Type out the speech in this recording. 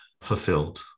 fulfilled